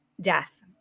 death